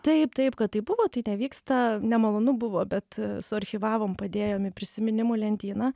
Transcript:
taip taip kad tai buvo tai nevyksta nemalonu buvo bet suarchyvavom padėjom į prisiminimų lentyną